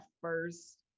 first